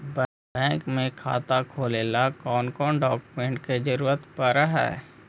Bank में खाता खोले ल कौन कौन डाउकमेंट के जरूरत पड़ है?